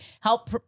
help